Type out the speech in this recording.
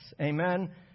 Amen